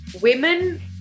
women